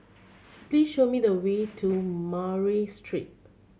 please show me the way to Murray Street